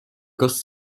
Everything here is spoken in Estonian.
kas